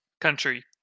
country